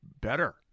better